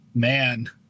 man